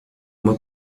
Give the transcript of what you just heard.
uma